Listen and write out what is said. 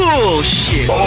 Bullshit